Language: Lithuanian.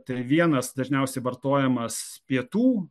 tai vienas dažniausiai vartojamas pietų